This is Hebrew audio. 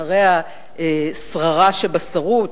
אחרי השררה שבשׂרות,